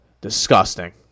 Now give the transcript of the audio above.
Disgusting